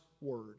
word